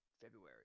February